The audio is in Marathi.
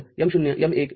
M१